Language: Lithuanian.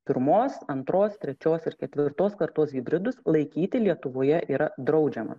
pirmos antros trečios ir ketvirtos kartos hibridus laikyti lietuvoje yra draudžiama